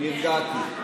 נרגעתי.